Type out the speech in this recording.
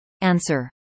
Answer